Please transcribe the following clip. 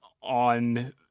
on –